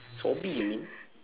sobri you mean